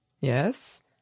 Yes